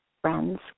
friends